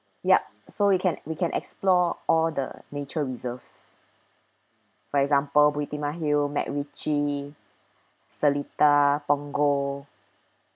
yup so we can we can explore all the nature reserves for example bukit timah hill macritchie seletar punggol